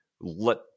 let